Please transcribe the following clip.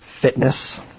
Fitness